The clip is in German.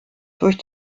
durch